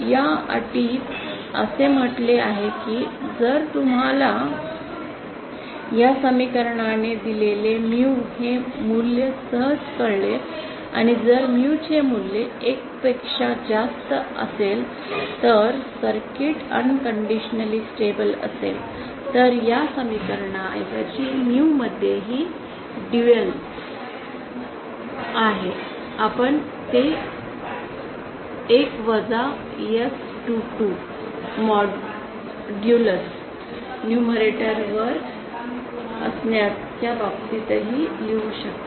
या अटीत असे म्हटले आहे की जर तुम्हाला या समीकरणाने दिलेले mue हे मूल्य सहज कळले आणि जर mue चे मूल्य १ पेक्षा जास्त असेल तर सर्किट बिनशर्त स्थिर असेल तर या समीकरणाऐवजी mue मध्येही दुहेरी आहे आपण ते १ वजा एस २२ मोड्युलस numerator वर असण्याच्या बाबतीतही लिहू शकता